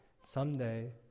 someday